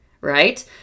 right